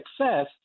success